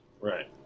Right